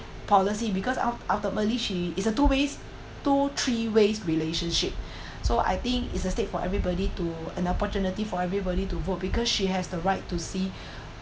policy because ult~ ultimately she it's a two ways two three ways relationship so I think it's a stake for everybody to an opportunity for everybody to vote because she has the right to see